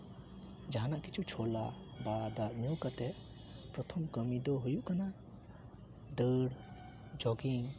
ᱡᱟᱦᱟᱸᱱᱟᱜ ᱠᱤᱪᱷᱩ ᱪᱷᱚᱞᱟ ᱵᱟ ᱫᱟᱜ ᱧᱩ ᱠᱟᱛᱮᱫ ᱯᱨᱚᱛᱷᱚᱢ ᱠᱟᱹᱢᱤ ᱫᱚ ᱦᱩᱭᱩᱜ ᱠᱟᱱᱟ ᱫᱟᱹᱲ ᱡᱳᱜᱤᱝ